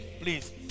please